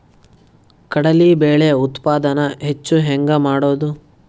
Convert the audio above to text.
ಕಡಲಿ ಬೇಳೆ ಉತ್ಪಾದನ ಹೆಚ್ಚು ಹೆಂಗ ಮಾಡೊದು?